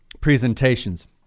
presentations